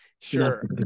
Sure